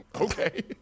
okay